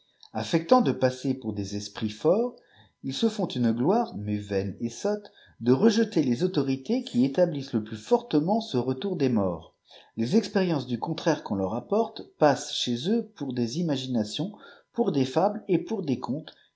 àffèctarit de passeur pour des esprits fbrts ils se font une qijrë ipais vaine et sotte de rejeter les autorités qui élablisntb plus fortement ce retour des morts les expériences du contraire qu'on leur en apporte passent cliez eux p ïur des imaginations pour des fables et pour des contes